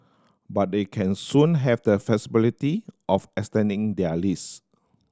but they can soon have the flexibility of extending their lease